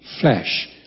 flesh